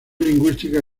lingüística